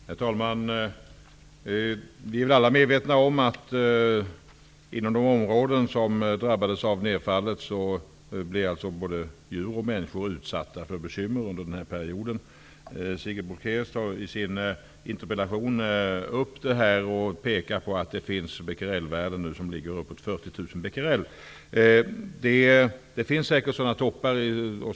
Herr talman! Vi är alla medvetna om att både djur och människor inom de områden som drabbades av nedfallet blev utsatta för bekymmer under den här perioden. Sigrid Bolkéus tar i sin interpellation upp detta. Hon pekar på att det nu finns värden som ligger på uppemot 40 000 Bq. Det finns säkert sådana toppar.